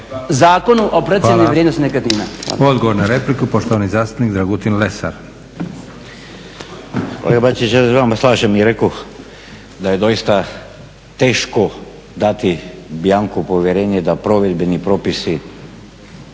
Zakonu o procijeni vrijednosti nekretnina,